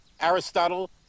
Aristotle